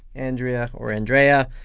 andrea or andrea.